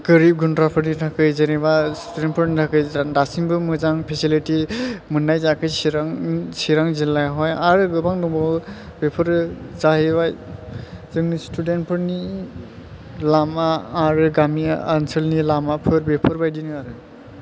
गोरिब गुन्द्राफोरनि थाखाय जेनेबा स्टुडेन्ट फोरनि थाखाय दासिमबो मोजां फेसिलिटि मोननाय जायाखै चिरां जिल्लायावहाय आरो गोबां दंबावो बेफोरो जाहैबाय जोंनि स्टुडेन्ट फोरनि लामा आरो गामि ओनसोलनि लामाफोर बेफोर बायदिनो आरो